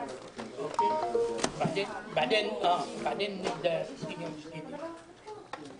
ו' באב התש"ף, 27 ביולי